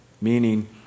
meaning